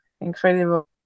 incredible